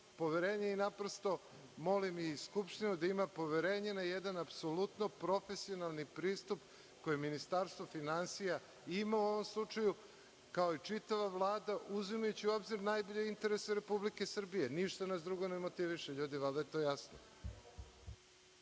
poverenje i naprosto molim da i Skupština ima poverenje na jedan apsolutno profesionalni pristup koji Ministarstvo finansija ima u ovom slučaju, kao i čitava Vlada, uzimajući u obzir najbolje interese Republike Srbije. Jer, ništa nas drugo ne motiviše, ljudi, valjda je to jasno.